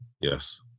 Yes